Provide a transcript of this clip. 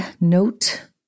note